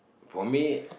for me